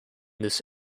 this